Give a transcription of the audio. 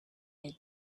had